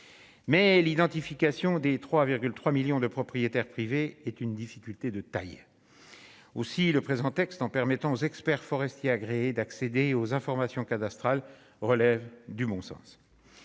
mais l'identification des 3,3 millions de propriétaires privés est une difficulté de taille aussi le présent texte en permettant aux experts forestiers agréé d'accéder aux informations cadastrales relève du bon sens,